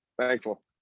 thankful